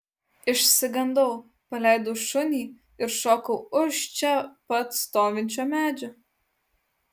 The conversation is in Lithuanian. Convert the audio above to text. išsigandau paleidau šunį ir šokau už čia pat stovinčio medžio